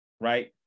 right